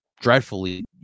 dreadfully